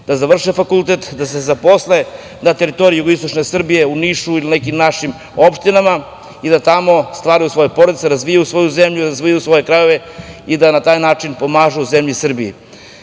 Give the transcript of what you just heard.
da završe fakultet, da se zaposle na teritoriji jugoistočne Srbije, na teritoriji u Nišu ili nekim drugim našim opštinama i da tamo stvaraju svoje porodice, razvijaju svoju zemlju, razvijaju svoje krajeve, i da na taj način pomažu zemlji Srbiji. Mislim